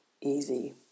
easy